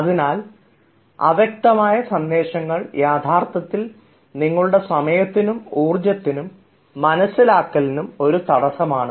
ആതിനാൽ അവ്യക്തമായ സന്ദേശങ്ങൾ യഥാർത്ഥത്തിൽ നിങ്ങളുടെ സമയത്തിനും ഇർജ്ജത്തിനും മനസ്സിലാക്കലിനും ഒരു തടസ്സമാണ്